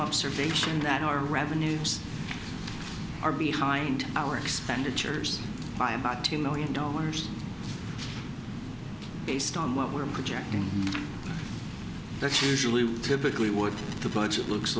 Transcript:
observation that our revenues are behind our expenditures by about two million dollars based on what we're projecting that usually typically would the budget looks